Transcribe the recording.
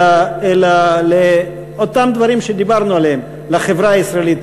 אלא לאותם דברים שדיברנו עליהם: לחברה הישראלית,